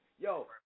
Yo